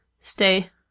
Stay